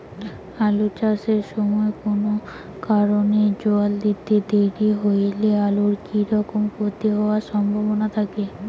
আলু চাষ এর সময় কুনো কারণে জল দিতে দেরি হইলে আলুর কি রকম ক্ষতি হবার সম্ভবনা থাকে?